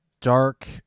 dark